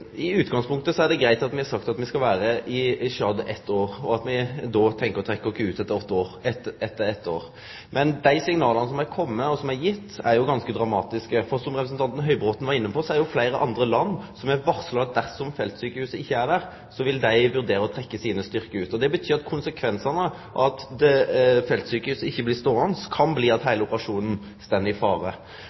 me då tenkjer å trekkje oss ut. Men dei signala som har kome, og som er gitt, er ganske dramatiske. For som representanten Høybråten var inne på, er det fleire andre land som har varsla at dersom feltsjukehuset ikkje er der, vil dei vurdere å trekkje sine styrkar ut. Det betyr at konsekvensane av at feltsjukehuset ikkje blir ståande, kan bli at heile operasjonen står i fare.